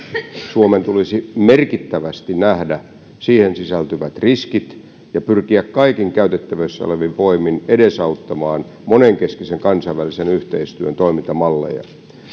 suomen tulisi merkittävästi nähdä siihen sisältyvät riskit ja pyrkiä kaikin käytettävissä olevin voimin edesauttamaan monenkeskisen kansainvälisen yhteistyön toimintamalleja